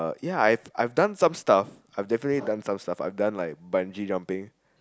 ya I I've done some stuff I've definitely done some stuff I've done like bungee jumping